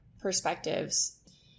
perspectives